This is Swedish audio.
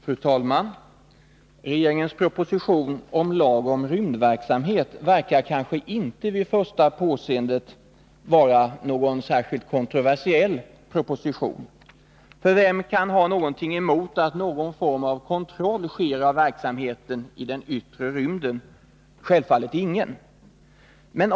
Fru talman! Regeringens proposition om lag om rymdverksamhet verkar kanske inte vid första påseendet vara särskilt kontroversiell. Vem kan ha någonting emot att kontroll sker av verksamheten i den yttre rymden? Självfallet ingen.